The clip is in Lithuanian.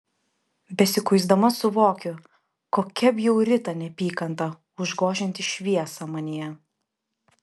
besikuisdama suvokiu kokia bjauri ta neapykanta užgožianti šviesą manyje